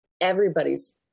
everybody's